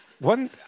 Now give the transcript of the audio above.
one